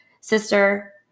sister